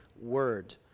word